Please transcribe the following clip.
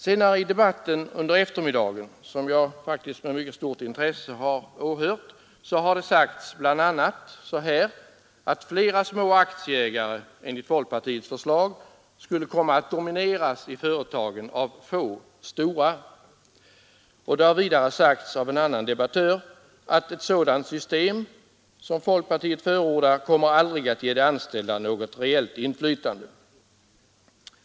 Senare i debatten under eftermiddagen, som jag faktiskt med stort intresse åhörde, har det sagts att flera små aktieägare, enligt folkpartiets förslag, skulle komma att domineras av få stora. Av en annan debattör sades att ett sådant system som folkpartiet förordar kommer aldrig att ge de anställda något reellt inflytande.